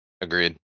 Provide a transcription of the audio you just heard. Agreed